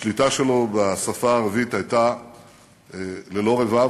השליטה שלו בשפה הערבית הייתה ללא רבב,